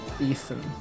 Ethan